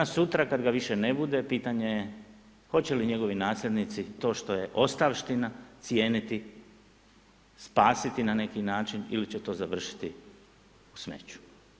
Danas-sutra kad ga više bude, pitanje je hoće li njegovi nasljednici to što je ostavština cijeniti, spasiti na neki način ili će to završiti u smeću.